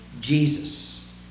Jesus